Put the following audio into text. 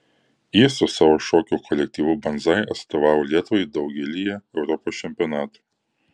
jis su savo šokių kolektyvu banzai atstovavo lietuvai daugelyje europos čempionatų